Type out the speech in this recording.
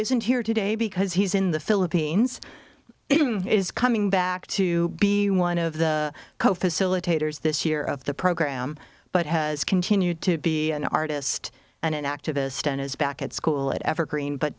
isn't here today because he's in the philippines is coming back to to be one of the co facilitators this year of the program but has continued to be an artist and an activist and is back at school at evergreen but